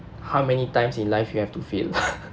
how many times in life you have to fail